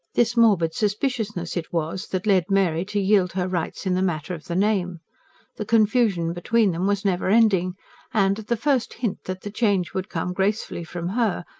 this morbid suspiciousness it was that led mary to yield her rights in the matter of the name the confusion between them was never-ending and, at the first hint that the change would come gracefully from her,